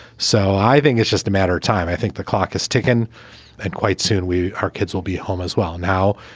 so i think it's just a matter of time. i think the clock is ticking and quite soon we our kids will be home as well. now,